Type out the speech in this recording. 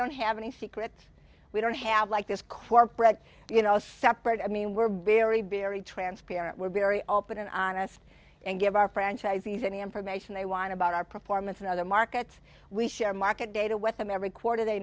don't have any secret we don't have like this quirk bread you know separate i mean we're very very transparent we're very open and honest and give our franchisees any information they want about our performance in other markets we share market data with them every quarter they